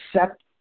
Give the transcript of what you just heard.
accept